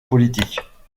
politiques